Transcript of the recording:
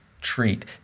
treat